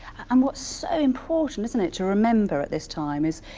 um what's so important, isn't it, to remember at this time is,